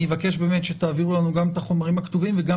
אני מבקש באמת שתעבירו לנו גם את החומרים הכתובים וגם